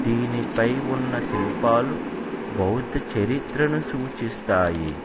దీనిపై ఉన్న శిల్పాలు బౌద్ధ చరిత్రను సూచిస్తాయి